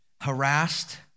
harassed